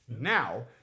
Now